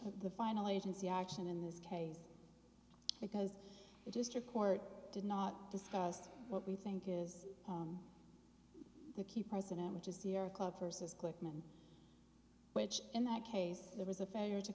the final agency action in this case because the district court did not discuss what we think is the key president which is sierra club versus glickman which in that case there was a failure to